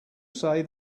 say